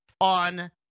on